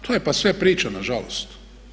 To je passe priča nažalost.